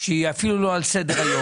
שהיא אפילו לא על סדר-היום.